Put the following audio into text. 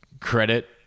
credit